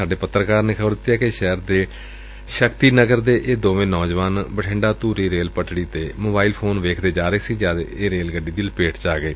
ਸਾਡੇ ਪੱਤਰਕਾਰ ਨੇ ਖ਼ਬਰ ਦਿੱਤੀ ਏ ਕਿ ਸ਼ਹਿਰ ਦੇ ਸ਼ਕਤੀ ਨਗਰ ਦੇ ਇਹ ਦੋਵੇ ਨੌਜਵਾਨ ਬਠਿੰਡਾ ਧੂਰੀ ਰੇਲ ਪੱਟੜੀ ਤੇ ਮੋਬਾਈਲ ਫੋਨ ਵੇਖਦੇ ਜਾ ਰਹੇ ਸਨ ਜਦ ਇਹ ਰੇਲ ਗੱਡੀ ਦੀ ਲਪੇਟ ਵਿਚ ਆ ਗਏ